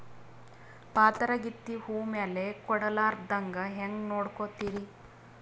ಪಾತರಗಿತ್ತಿ ಹೂ ಮ್ಯಾಲ ಕೂಡಲಾರ್ದಂಗ ಹೇಂಗ ನೋಡಕೋತಿರಿ?